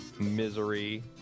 Misery